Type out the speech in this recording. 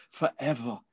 forever